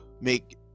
make